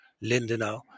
Lindenau